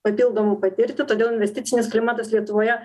papildomų patirti todėl investicinis klimatas lietuvoje